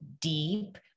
deep